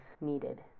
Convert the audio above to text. needed